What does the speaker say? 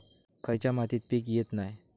खयच्या मातीत पीक येत नाय?